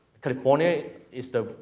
california is the,